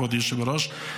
כבוד היושב-ראש,